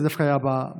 זה דווקא היה בשאלה.